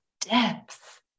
depth